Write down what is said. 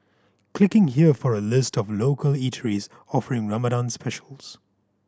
clicking here for a list of local eateries offering Ramadan specials